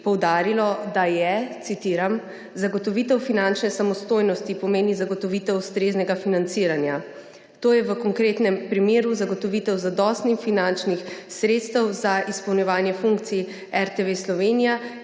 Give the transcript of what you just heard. poudarilo, citiram: »Zagotovitev finančne samostojnosti pomeni zagotovitev ustreznega financiranja. To je v konkretnem primeru zagotovitev zadostnih finančnih sredstev za izpolnjevanje funkcij RTV Slovenija,